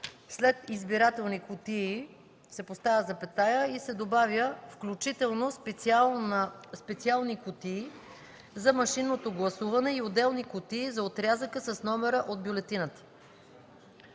след „избирателни кутии” се поставя запетая и се добавя „включително специални кутии за машинното гласуване и отделни кутии за отрязъка с номера от бюлетината”.